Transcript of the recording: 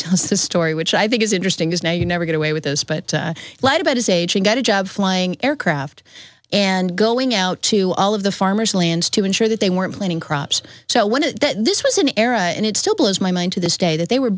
tells the story which i think is interesting is now you never get away with those but lied about his age and got a job flying aircraft and going out to all of the farmers lands to ensure that they weren't planning crops so when this was an era and it still blows my mind to this day that they were